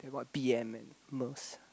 like what b_m and Merc